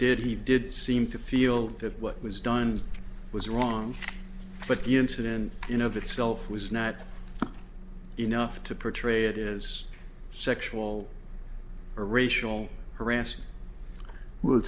did he did seem to feel that what was done was wrong but the incident in of itself was not enough to protect a it is sexual or racial harassment well